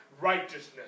righteousness